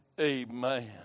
Amen